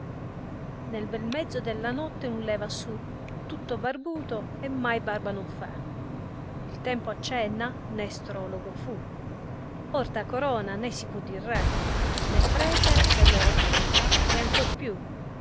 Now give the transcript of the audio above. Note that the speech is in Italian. nel mezzo della notte un leva su tutto barbuto e mai barba non fé il tempo accenna né strologo fu porta corona né si può dir re né prete e l ore canta e ancor più